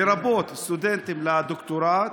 לרבות סטודנטים לדוקטורט,